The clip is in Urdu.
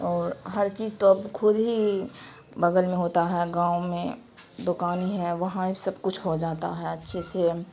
اور ہر چیز تو اب خود ہی بغل میں ہوتا ہے گاؤں میں دکان ہی ہے وہاں سب کچھ ہو جاتا ہے اچھے سے